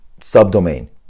subdomain